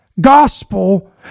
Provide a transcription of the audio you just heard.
gospel